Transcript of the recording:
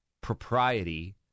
propriety